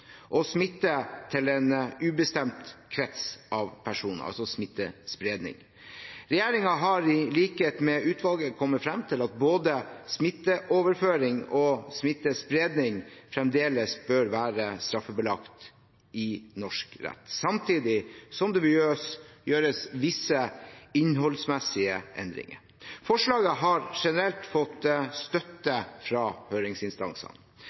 og smitte til en ubestemt krets av personer, altså smittespredning. Regjeringen har i likhet med utvalget kommet frem til at både smitteoverføring og smittespredning fremdeles bør være straffbelagt i norsk rett, samtidig som det bør gjøres visse innholdsmessige endringer. Forslaget har generelt fått støtte fra høringsinstansene.